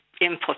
input